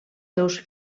seus